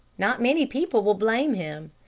not many people will blame him.